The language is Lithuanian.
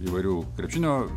įvairių krepšinio